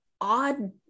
odd